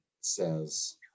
says